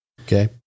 Okay